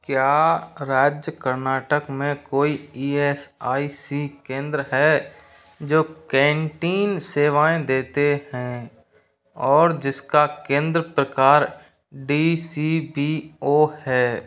क्या राज्य कर्नाटक में कोई ई एस आई सी केंद्र हैं जो कैंटीन सेवाएँ देते हैं और जिसका केंद्र प्रकार डी सी बी ओ है